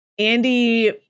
Andy